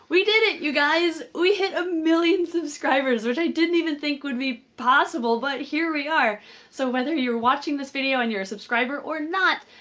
we did it you guys we hit a million subscribers, which i didn't even think would be possible. but here we are so whether you're watching this video on your subscriber or not,